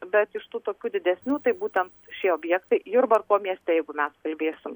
bet iš tų tokių didesnių tai būtent šie objektai jurbarko mieste jeigu mes kalbėsim